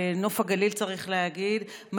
צריך להגיד בנוף הגליל,